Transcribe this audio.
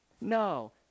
no